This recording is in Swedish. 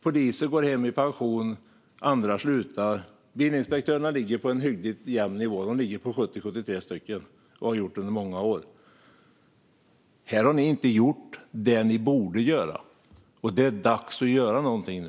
Poliser går hem i pension, och andra slutar. Bilinspektörerna ligger på en hyggligt jämn nivå. Antalet ligger på 70-73 och har gjort det under många år. Här har ni inte gjort det ni borde göra. Det är dags att göra någonting nu.